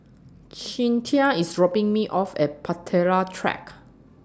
Cinthia IS dropping Me off At Bahtera Track